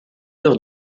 heure